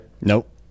Nope